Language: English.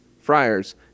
friars